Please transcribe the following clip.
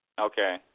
Okay